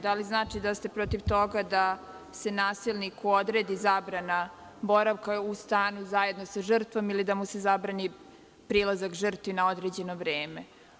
Da li znači da ste protiv toga da se nasilniku odredi zabrana boravka u stanu zajedno za žrtvom ili da mu se zabrani prilazak žrtvi na određeno vreme?